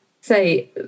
say